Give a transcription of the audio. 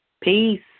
Peace